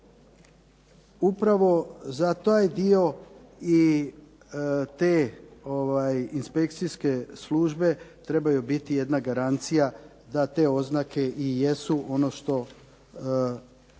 Upravo za taj dio i te inspekcijske službe trebaju biti jedna garancija da te oznake i jesu ono što